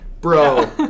bro